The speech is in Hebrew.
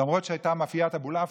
למרות שמאפיית אבולעפיה,